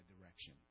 direction